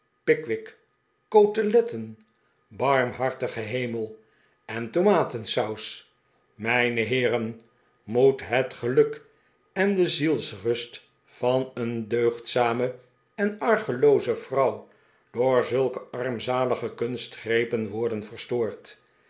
koteletten barmhartige hemel en tomaten saus mijne heeren moet het geluk en de zielsrust van een deugdzame en argelooze vrouw door zulke armzalige kunstgrepen worden verstoord